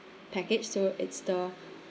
package so it's the